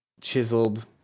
chiseled